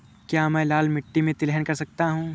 क्या मैं लाल मिट्टी में तिलहन कर सकता हूँ?